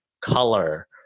color